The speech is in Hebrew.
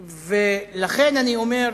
ולכן אני אומר,